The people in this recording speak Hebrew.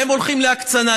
אתם הולכים להקצנה,